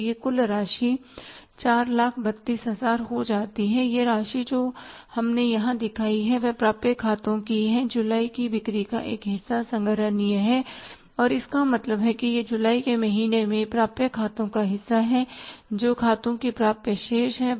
तो यह कुल राशि 432000 हो जाती है यह राशि जो हमने यहां दिखाई है यह प्राप्य खातों की है जुलाई की बिक्री का एक हिस्सा संग्रहणीय है और इसका मतलब है कि यह जुलाई के महीने में प्राप्य खातों का हिस्सा है जो खातों की प्राप्य शेष है